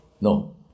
No